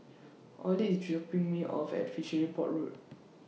Ollie IS dropping Me off At Fishery Port Road